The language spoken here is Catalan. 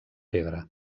pedra